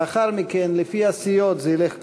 לאחר מכן, לפי הסיעות, זה ילך ככה: